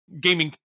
gaming